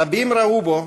רבים ראו בו,